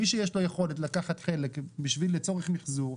מי שיש לו יכולת לקחת חלק לצורך מחזור,